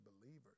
believers